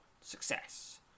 Success